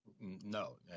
No